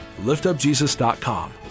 liftupjesus.com